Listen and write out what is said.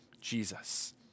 Jesus